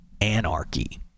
Anarchy